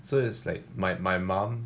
so it's like my my mum